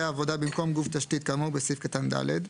עבודה במקום גוף תשתית כאמור בסעיף קטן (ד),